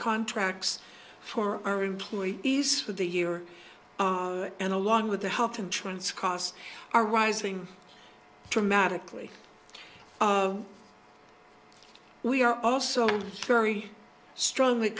contracts for our employees is for the year and along with the health insurance costs are rising dramatically we are also very strongly